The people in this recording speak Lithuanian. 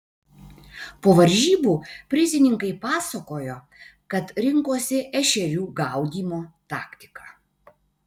po varžybų prizininkai pasakojo kad rinkosi ešerių gaudymo taktiką